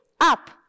up